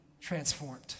transformed